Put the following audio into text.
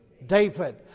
David